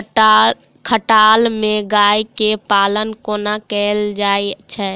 खटाल मे गाय केँ पालन कोना कैल जाय छै?